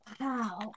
Wow